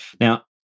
Now